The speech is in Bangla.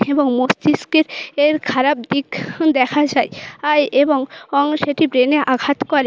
এবং মস্তিষ্কের এর খারাপ দিক দেখা যায় আর এবং সেটি ব্রেনে আঘাত করে